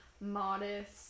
modest